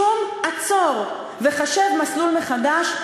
שום "עצור וחשב מסלול מחדש",